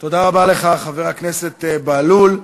תודה רבה לך, חבר הכנסת בהלול.